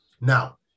Now